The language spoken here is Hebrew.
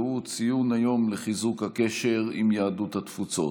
והוא ציון היום לחיזוק הקשר עם יהדות התפוצות,